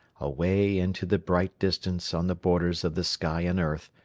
away into the bright distance on the borders of the sky and earth,